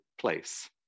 place